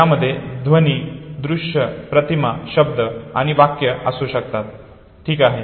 ज्यामध्ये ध्वनी दृश्य प्रतिमा शब्द आणि वाक्य असू शकतात ठीक आहे